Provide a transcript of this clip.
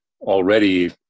already